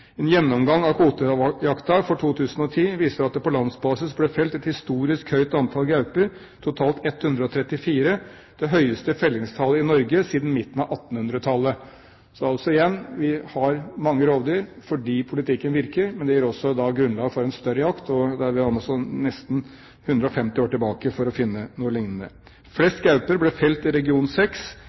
En gjennomgang av kvotejakta for 2010 viser at det på landsbasis ble felt et historisk høyt antall gauper, totalt 134. Det er det høyeste fellingstallet i Norge siden midten av 1800-tallet. Så igjen: Vi har mange rovdyr fordi politikken virker, men det gir også grunnlag for en større jakt. Vi må nesten 150 år tilbake for å finne noe lignende. Flest gauper ble felt i region